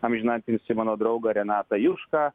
amžinatilsį mano draugą renatą jušką